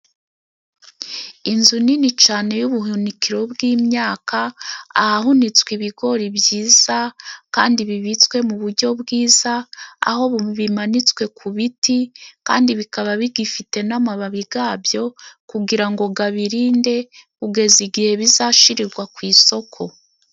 Inzu nini cane y'ubuhunikiro bw'imyaka, ahahunitswe ibigori byiza kandi bibitswe mu bujyo bwiza, aho bimanitswe ku biti kandi bikaba bigifite n'amababi gabyo kugira ngo gabirinde kugeza igihe bizashirirwa ku soko.